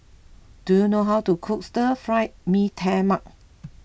do you know how to cook Stir Fry Mee Tai Mak